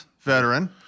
veteran